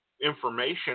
information